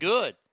Good